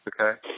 Okay